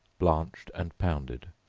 blanched and pounded,